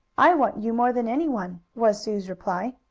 i want you more than anyone, was sue's reply.